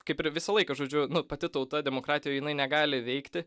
kaip ir visą laiką žodžiu nu pati tauta demokratijoje jinai negali veikti